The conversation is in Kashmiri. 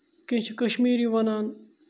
کینٛہہ چھِ کَشمیٖری وَنان